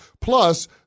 Plus